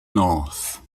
north